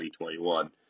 2021